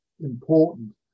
important